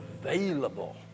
available